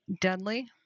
deadly